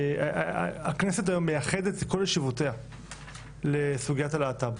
הכנסת היום מייחדת את כל ישיבותיה לסוגיית הלהט"ב,